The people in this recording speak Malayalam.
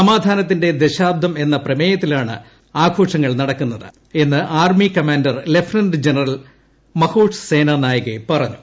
സമാധാനത്തിന്റെ ദശാബ്ദം എന്ന പ്രമേയത്തിലാണ് ആഘോഷങ്ങൾ നടക്കുന്നതെന്ന് army commander lieutenant general Mahesh Senanayake പറഞ്ഞു